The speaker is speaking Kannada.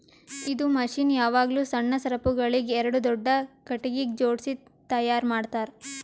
ಇದು ಮಷೀನ್ ಯಾವಾಗ್ಲೂ ಸಣ್ಣ ಸರಪುಳಿಗ್ ಎರಡು ದೊಡ್ಡ ಖಟಗಿಗ್ ಜೋಡ್ಸಿ ತೈಯಾರ್ ಮಾಡ್ತರ್